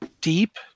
deep